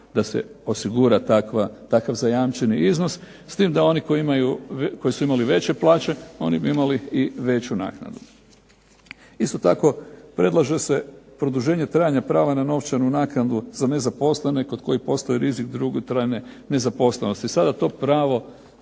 da se osigura takva, takav zajamčeni iznos, s tim da oni koji imaju, koji su imali veće plaće, oni bi imali i veću naknadu. Isto tako predlaže se produženje trajanja prava na novčanu naknadu za nezaposlene kod kojih postoji rizik dugotrajne nezaposlenosti. Sada to pravo